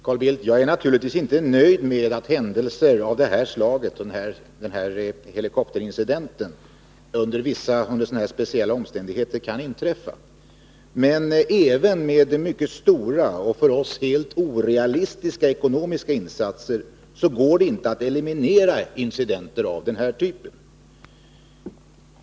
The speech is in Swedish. Herr talman! Jag är naturligtvis inte nöjd med att det under speciella omständigheter kan inträffa händelser som den här helikopterincidenten. Men även med mycket stora och för oss helt orealistiska ekonomiska insatser går det inte att eliminera incidenter av den här typen.